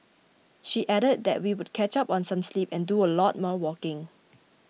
she added that she would catch up on some sleep and do a lot more walking